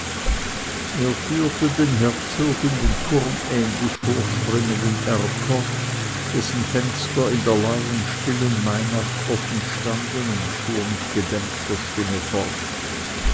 er führte den herzog in den turmähnlich vorspringenden erker dessen fenster in der lauen stillen mainacht offen standen und fuhr mit gedämpfter stimme fort